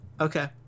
Okay